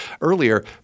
earlier